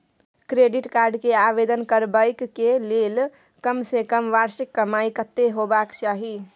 Credit card के आवेदन करबैक के लेल कम से कम वार्षिक कमाई कत्ते होबाक चाही?